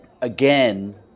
again